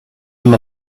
him